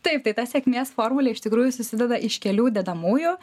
taip tai ta sėkmės formulė iš tikrųjų susideda iš kelių dedamųjų